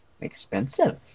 expensive